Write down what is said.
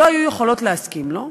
לא היו יכולות להסכים לה,